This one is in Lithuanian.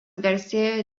garsėja